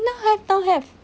now have now have